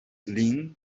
lin